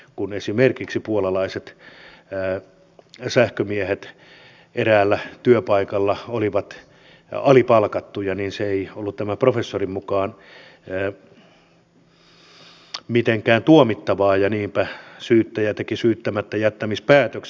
kun esimerkiksi puolalaiset sähkömiehet eräällä työpaikalla olivat alipalkattuja niin se ei ollut tämän professorin mukaan mitenkään tuomittavaa ja niinpä syyttäjä teki syyttämättäjättämispäätöksen